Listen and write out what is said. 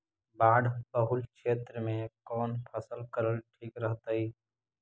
बाढ़ बहुल क्षेत्र में कौन फसल करल ठीक रहतइ?